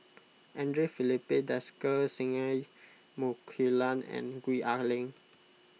andre Filipe Desker Singai Mukilan and Gwee Ah Leng